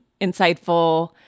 insightful